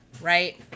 right